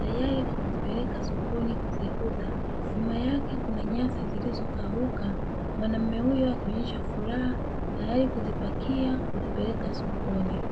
tayari kwa kuzipeleka sokoni kuziuza, nyuma yake kuna nyasi zilizokauka mwanaune huyo akionyesha furaha tayari kuzipakia kuzipeleka sokoni.